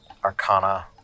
arcana